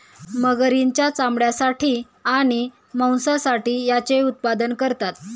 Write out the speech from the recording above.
मगरींच्या चामड्यासाठी आणि मांसासाठी याचे उत्पादन करतात